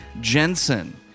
Jensen